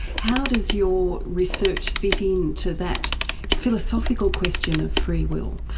how does your research fit into that philosophical question of free will?